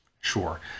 Sure